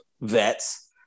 vets